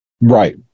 Right